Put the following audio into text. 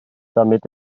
damit